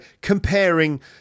comparing